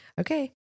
Okay